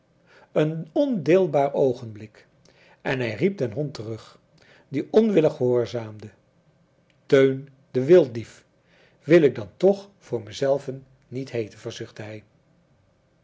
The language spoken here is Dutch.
een ondeelbaar oogenblik en hij riep den hond terug die onwillig gehoorzaamde teun de wilddief wil ik dan toch voor mezelven niet hieten verzuchtte hij